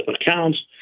accounts